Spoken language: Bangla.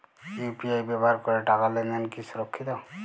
ইউ.পি.আই ব্যবহার করে টাকা লেনদেন কি সুরক্ষিত?